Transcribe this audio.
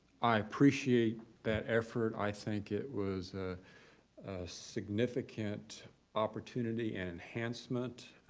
i appreciate that effort. i think it was a significant opportunity and enhancement.